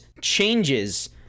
changes